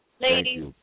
Ladies